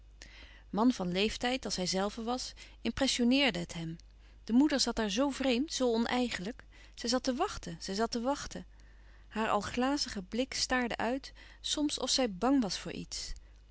man van leeftijd als hijzelve was impressioneerde het hem de moeder zat daar zoo vreemd zoo oneigenlijk zij zat te wachten zij zat te wachten haar al glazige blik staarde uit soms of zij bang was voor iets